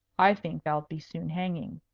i think thou'lt be soon hanging.